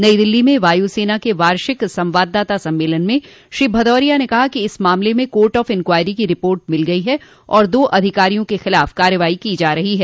नई दिल्ली में वायुसेना के वार्षिक संवाददाता सम्मेलन में श्री भदौरिया ने कहा कि इस मामले में कोर्ट ऑफ इन्कवायरी की रिपोर्ट मिल गई है और दो अधिकारियों के खिलाफ कार्रवाई की जा रही है